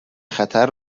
خطر